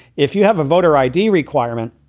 if you have a voter i d. requirement.